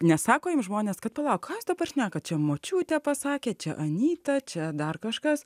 nesako jums žmonės kad palauk ką jūs ta prasme kad čia močiutė pasakė čia anyta čia dar kažkas